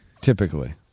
typically